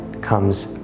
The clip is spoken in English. comes